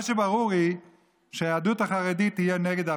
מה שברור הוא שהיהדות החרדית תהיה נגד ההפיכה.